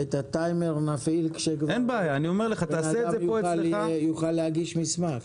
את הטיימר נפעיל כשנוכל בכלל להגיש מסמך.